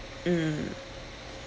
mm